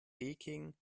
peking